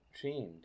trained